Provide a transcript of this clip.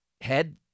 head